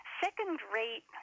second-rate